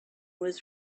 was